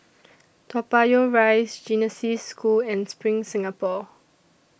Toa Payoh Rise Genesis School and SPRING Singapore